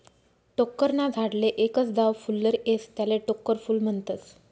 टोक्कर ना झाडले एकच दाव फुल्लर येस त्याले टोक्कर फूल म्हनतस